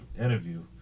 interview